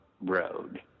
road